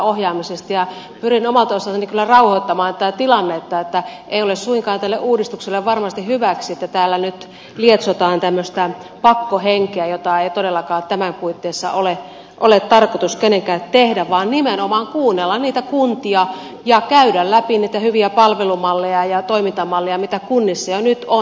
pyrin omalta osaltani kyllä rauhoittamaan tätä tilannetta eikä ole suinkaan tälle uudistukselle varmasti hyväksi että täällä nyt lietsotaan tällaista pakkohenkeä jota ei todellakaan tämän puitteissa ole tarkoitus kenenkään tehdä vaan nimenomaan kuunnella niitä kuntia ja käydä läpi niitä hyviä palvelumalleja ja toimintamalleja mitä kunnissa jo nyt on